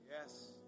Yes